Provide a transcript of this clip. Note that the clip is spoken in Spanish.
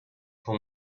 fue